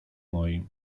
moim